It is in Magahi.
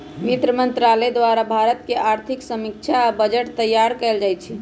वित्त मंत्रालय द्वारे भारत के आर्थिक समीक्षा आ बजट तइयार कएल जाइ छइ